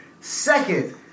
Second